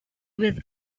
with